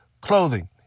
clothing